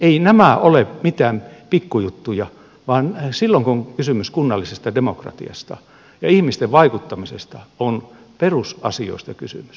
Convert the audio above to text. eivät nämä ole mitään pikku juttuja vaan silloin kun on kysymys kunnallisesta demokratiasta ja ihmisten vaikuttamisesta on perusasioista kysymys